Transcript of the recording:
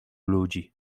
ludzi